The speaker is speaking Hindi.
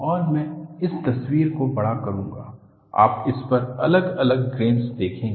और मैं इस तस्वीर को बड़ा करूंगा आप इस पर अलग अलग ग्रेन्स देखेंगे